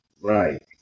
Right